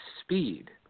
speed